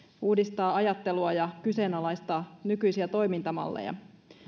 uudistaa ajattelua ja kyseenalaistaa nykyisiä toimintamalleja